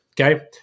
Okay